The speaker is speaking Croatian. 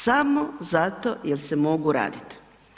Samo zato jer se mogu raditi.